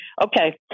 Okay